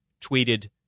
tweeted